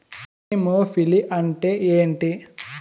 Anemophily అంటే ఏంటి?